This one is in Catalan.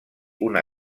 una